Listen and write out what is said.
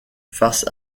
face